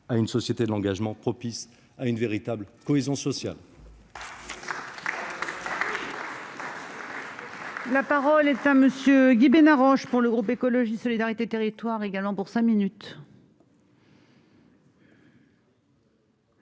à une société de l'engagement propice à une véritable cohésion sociale.